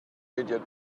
idiot